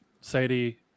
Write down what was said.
Sadie